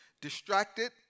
distracted